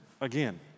again